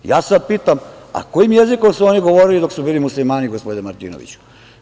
Ja sad pitam – a kojim jezikom su oni govorili dok su bili muslimani, gospodine Martinoviću?